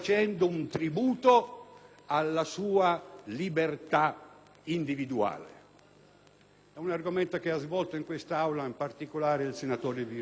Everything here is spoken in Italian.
È un argomento che ha svolto in quest'Aula in particolare il senatore Veronesi: la libertà individuale.